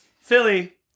Philly